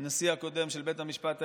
הנשיא הקודם של בית המשפט העליון,